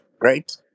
Right